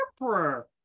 emperor